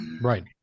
right